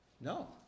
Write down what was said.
No